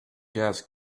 gas